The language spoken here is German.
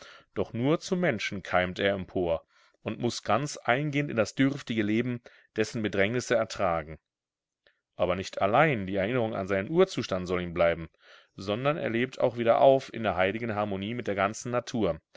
doch nur zum menschen keimt er empor und muß ganz eingehend in das dürftige leben dessen bedrängnisse ertragen aber nicht allein die erinnerung an seinen urzustand soll ihm bleiben sondern er lebt auch wieder auf in der heiligen harmonie mit der ganzen natur